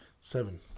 seven